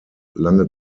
lange